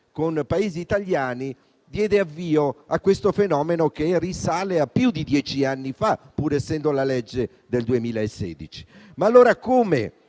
con paesi italiani e diede avvio a questo fenomeno che risale a più di dieci anni fa, pur essendo la legge del 2016.